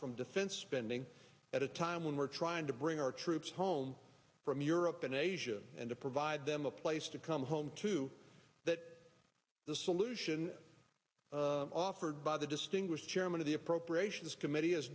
from defense spending at a time when we're trying to bring our troops home from europe and asia and to provide them a place to come home to that the solution offered by the distinguished chairman of the appropriations committee is